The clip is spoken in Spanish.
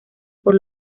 por